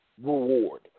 reward